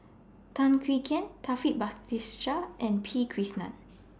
Tan Swie Hian Taufik Batisah and P Krishnan